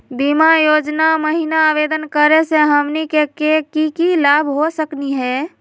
बीमा योजना महिना आवेदन करै स हमनी के की की लाभ हो सकनी हे?